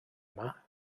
yma